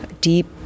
deep